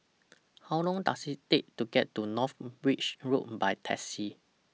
How Long Does IT Take to get to North Bridge Road By Taxi